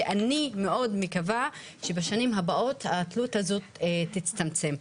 שאני מאוד מקווה שבשנים הבאות התלות הזאת תצטמצם.